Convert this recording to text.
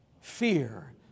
Fear